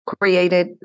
created